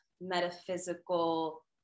metaphysical